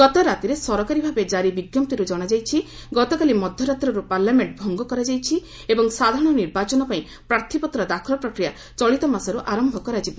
ଗତରାତିରେ ସରକାରୀ ଭାବେ ଜାରି ବିଜ୍ଞପ୍ତିରୁ ଜଣାଯାଇଛି ଗତକାଲି ମଧ୍ୟରାତ୍ରରୁ ପାର୍ଲାମେଣ୍ଟ ଭଙ୍ଗ କରାଯାଇଛି ଏବଂ ସାଧାରଣ ନିର୍ବାଚନପାଇଁ ପ୍ରାର୍ଥୀପତ୍ର ଦାଖଲ ପ୍ରକ୍ରିୟା ଚଳିତ ମାସରୁ ଆରମ୍ଭ କରାଯିବ